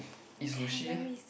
eat sushi eh